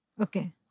Okay